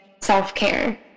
self-care